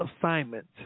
assignment